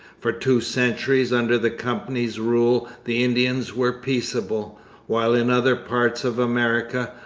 for two centuries under the company's rule the indians were peaceable while in other parts of america,